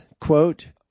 quote